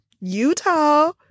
Utah